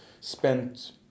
spent